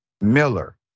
Miller